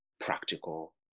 practical